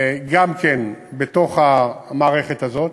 גם בתוך המערכת הזאת.